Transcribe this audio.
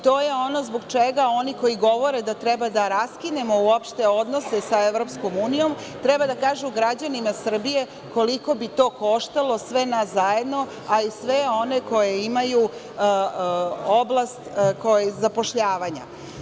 To je ono zbog čega oni koji govore da treba da raskinemo uopšte odnose sa EU, treba da kažu građanima Srbije koliko bi to koštalo sve nas zajedno a i sve one koji imaju oblast oko zapošljavanja.